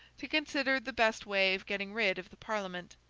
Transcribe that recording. to consider the best way of getting rid of the parliament.